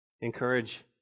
Encourage